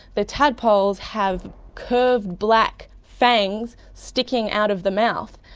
the tadpoles have curved black fangs sticking out of the mouth,